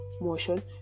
motion